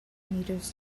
meters